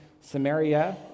Samaria